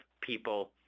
people